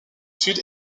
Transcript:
sud